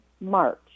march